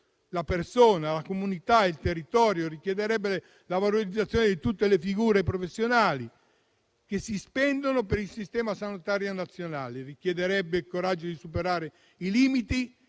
la persona, la comunità e il territorio; richiederebbe la valorizzazione di tutte le figure professionali che si spendono per il Sistema sanitario nazionale; richiederebbe il coraggio di superare i limiti